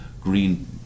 green